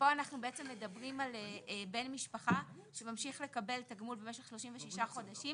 ממשיכים על בן משפחה שממשיך לקבל תגמול במשך 36 חודשים